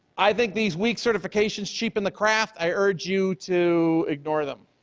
i think these weak certifications cheapen the craft, i urge you to ignore them.